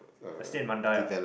I stay in Mandai ah